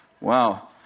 wow